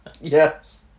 Yes